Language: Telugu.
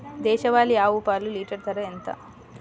దేశవాలీ ఆవు పాలు లీటరు ధర ఎంత?